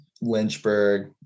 Lynchburg